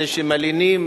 אלה שמלינים